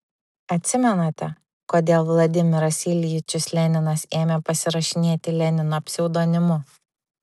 atsimenate kodėl vladimiras iljičius leninas ėmė pasirašinėti lenino pseudonimu